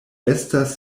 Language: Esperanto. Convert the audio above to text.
estas